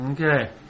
Okay